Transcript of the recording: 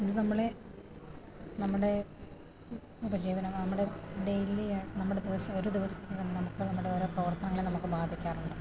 ഇത് നമ്മളെ നമ്മുടെ ഉപജീവനമാണ് നമ്മുടെ ഡെയിലി നമ്മുടെ ദിവസ ഒരു ദിവസത്തെ നമുക്ക് നമ്മുടെ ഓരോ പ്രവർത്തനങ്ങളെ നമുക്ക് ബാധിക്കാറുണ്ട്